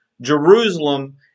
Jerusalem